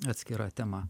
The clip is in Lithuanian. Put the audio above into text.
atskira tema